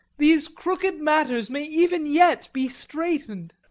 these crooked matters may even yet be straightened.